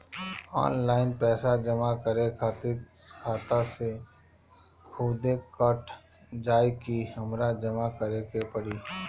Online पैसा जमा करे खातिर खाता से खुदे कट जाई कि हमरा जमा करें के पड़ी?